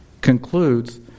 Concludes